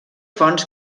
fonts